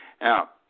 Now